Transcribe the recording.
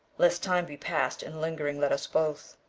lest time be past, and lingering let us both.